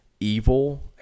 evil